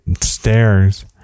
stairs